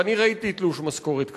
ואני ראיתי תלוש משכורת כזה.